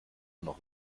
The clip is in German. noch